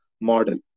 model